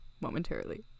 momentarily